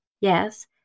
yes